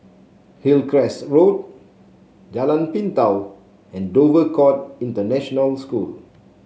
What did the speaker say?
Hillcrest Road Jalan Pintau and Dover Court International School